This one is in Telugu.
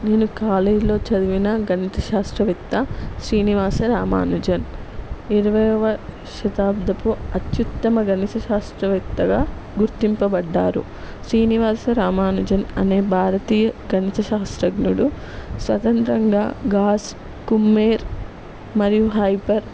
నేను కాలేజీలో చదివిన గణిత శాస్త్రవేత్త శ్రీనివాస రామానుజన్ ఇరవైయోవ శతాబ్దపు అత్యుత్తమ గణిత శాస్త్రవేత్తగా గుర్తింపబడ్డారు శ్రీనివాస రామానుజన్ అనే భారతీయ గణిత శాస్త్రజ్ఞుడు స్వతంత్రంగా గాస్ కుమ్మేర్ మరియు హైపర్